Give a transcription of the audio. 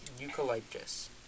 Eucalyptus